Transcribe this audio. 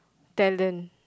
talent